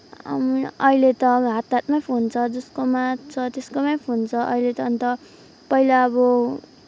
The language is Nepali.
अहिले त हात हातमै फोन छ जसकोमा छ त्यसकोमै फोन छ अहिले अन्त पहिला अब